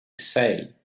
say